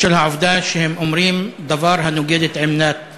בשל העובדה שהם אומרים דבר הנוגד את עמדת